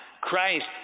Christ